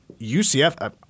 UCF